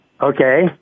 Okay